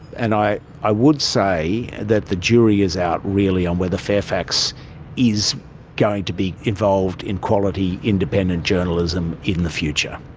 and i i would say that the jury is out really on whether fairfax is going to be involved in quality independent journalism in the future.